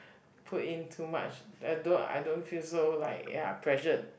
put in too much uh I do~ I don't feel so like ya pressured